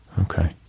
Okay